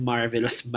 Marvelous